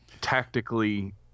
tactically